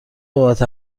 بابت